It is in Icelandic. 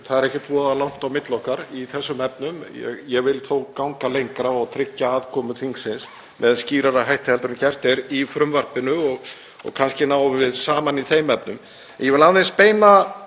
Það er ekkert voða langt á milli okkar í þessum efnum. Ég vil þó ganga lengra og tryggja aðkomu þingsins með skýrari hætti en gert er í frumvarpinu og kannski náum við saman í þeim efnum. En ég vil aðeins beina